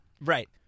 Right